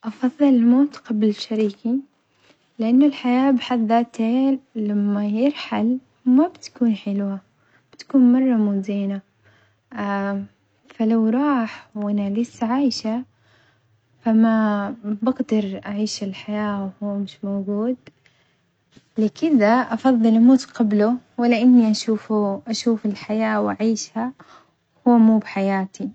أفظل الموت قبل شريكي لأنه الحياة بحد ذاتها لما بيرحل ما بتكون حلوة، بتكون مرة مو زينة، فلو راح وأنا لسة عايشة فما بقدر أعيش الحياة وهو مش موجود، لكدة أفظل أموت قبله ولا أني أشوفه أشوف الحياة وأعيشها وهو مو بحياتي.